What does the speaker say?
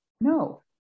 no